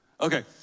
Okay